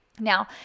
Now